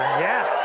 yeah,